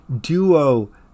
duo